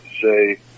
say